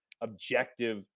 objective